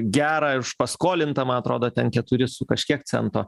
gerą už paskolintą man atrodo ten keturi su kažkiek cento